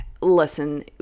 listen